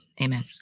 Amen